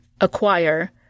acquire